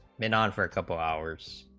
and and for couple hours